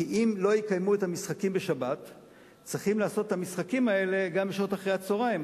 ואם לא יקיימו את המשחקים בשבת צריכים לקיים גם אותם בשעות אחר-הצהריים.